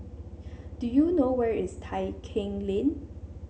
do you know where is Tai Keng Lane